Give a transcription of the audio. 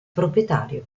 proprietario